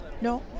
No